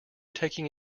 taking